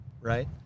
Right